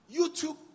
YouTube